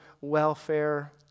welfare